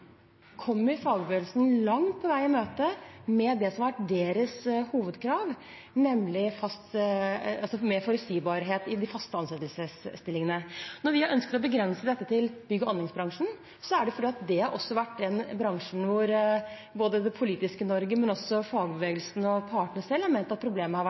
kommer fagbevegelsen langt på vei i møte når det gjelder det som har vært deres hovedkrav, nemlig mer forutsigbarhet i de stillingene med fast ansettelse. Når vi har ønsket å begrense dette til bygg- og anleggsbransjen, er det fordi det har vært den bransjen hvor både det politiske Norge og fagbevegelsen og partene i arbeidslivet selv har ment at problemet har vært